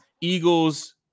Eagles